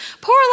Poor